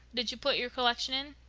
did you put your collection in?